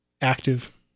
active